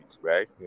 right